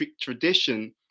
tradition